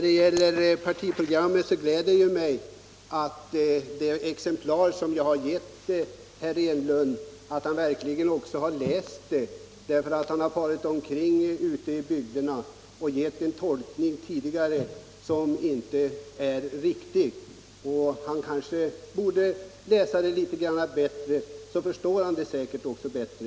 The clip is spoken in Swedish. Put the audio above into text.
Det glädjer mig att herr Enlund verkligen har läst det exemplar av vårt partiprogram som jag har gett honom. Tidigare har han ju farit omkring ute i bygderna och gett det en tolkning som inte är riktig. Men kanske bör han läsa det litet bättre, så förstår han det säkert också bättre.